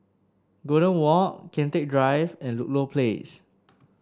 Golden Walk Kian Teck Drive and Ludlow Place